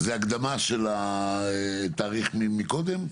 האי הקדמת התאריך הקודם?